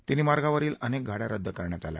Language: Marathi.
तिन्ही मार्गावरील अनेक गाड्या रद्द करण्यात आल्या